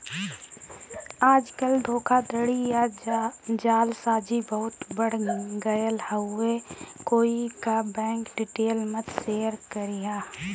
आजकल धोखाधड़ी या जालसाजी बहुते बढ़ गयल हउवे कोई क बैंक डिटेल मत शेयर करिहा